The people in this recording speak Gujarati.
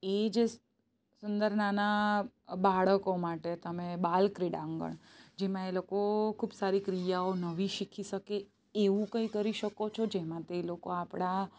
એ જે સુંદર નાના બાળકો માટે તમે બાલ ક્રીડા આંગણ જેમાં એ લોકો ખૂબ સારી ક્રિયાઓ નવી શીખી શકે એવું કંઈ કરી શકો છો જેમાં તે લોકો આપણા